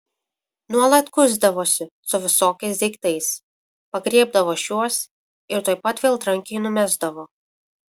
nuolat kuisdavosi su visokiais daiktais pagriebdavo šiuos ir tuoj pat vėl trankiai numesdavo